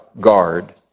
guard